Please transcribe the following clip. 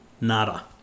nada